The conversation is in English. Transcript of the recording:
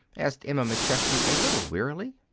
asked emma mcchesney, a little wearily.